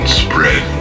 spread